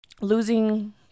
losing